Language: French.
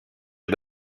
est